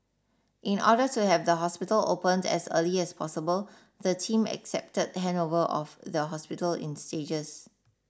in order to have the hospital opened as early as possible the team accepted handover of the hospital in stages